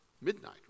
midnight